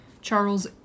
Charles